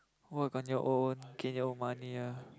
work on your own get your own money ah